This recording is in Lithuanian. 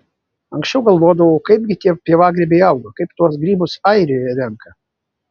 anksčiau galvodavau kaipgi tie pievagrybiai auga kaip tuos grybus airijoje renka